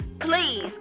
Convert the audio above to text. please